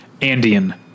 Andean